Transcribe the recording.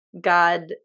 God